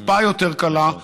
טיפה יותר קלה,